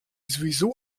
sowieso